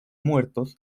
muertos